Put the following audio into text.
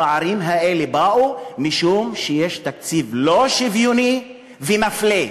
הפערים האלה באו משום שיש תקציב לא שוויוני ומפלה.